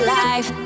life